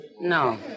No